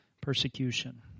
persecution